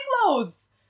clothes